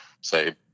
say